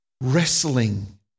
wrestling